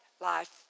life